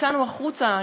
יצאנו החוצה,